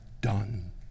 done